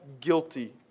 guilty